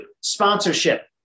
sponsorship